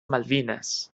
malvines